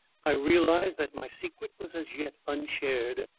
i realised that my secret was as yet unshared,